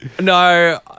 No